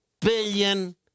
billion